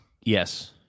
Yes